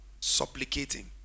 supplicating